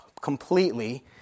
completely